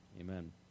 Amen